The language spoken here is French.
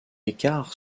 écarts